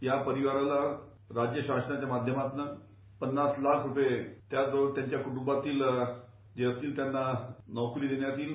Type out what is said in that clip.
या परिवाराला राज्य शासनाच्या माध्यमातंन पन्नास लाख रुपये त्याच बरोबर त्यांच्या कुटुंबातील जे असतील त्यांना नोकरी देण्यात येईल